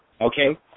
okay